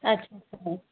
ਅੱਛਾ ਅੱਛਾ